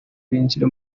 binjire